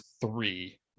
three